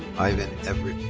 ivan everett